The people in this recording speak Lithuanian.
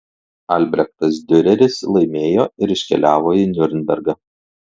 albrechtas diureris laimėjo ir iškeliavo į niurnbergą